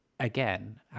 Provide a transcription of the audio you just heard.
Again